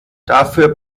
dafür